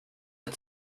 att